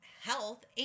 health